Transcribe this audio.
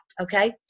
okay